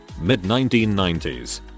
Mid-1990s